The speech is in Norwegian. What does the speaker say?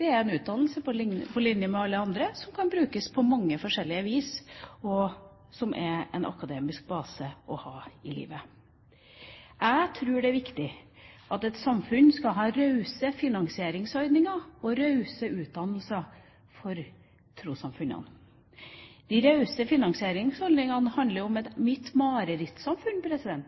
Det er en utdannelse på linje med alle andre, som kan brukes på mange forskjellige vis, og som er en akademisk base å ha i livet. Jeg tror det er viktig at et samfunn skal ha rause finansieringsordninger og rause utdannelser for trossamfunnene. De rause finansieringsordningene handler om mitt marerittsamfunn.